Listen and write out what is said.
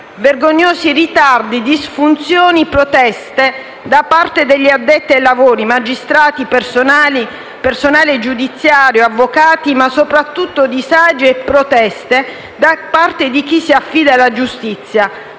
Vergognosi ritardi, disfunzioni, proteste, da parte degli addetti ai lavori (magistrati, personale giudiziario, avvocati) ma soprattutto disagi e proteste da parte di chi si affida alla giustizia,